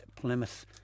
Plymouth